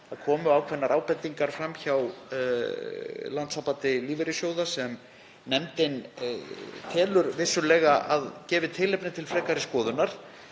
Það komu ákveðnar ábendingar fram hjá Landssambandi lífeyrissjóða sem nefndin telur vissulega að gefi tilefni til frekari skoðunar.